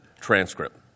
transcript